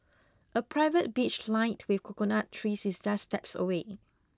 a private beach lined with coconut trees is just steps away